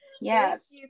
yes